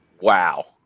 Wow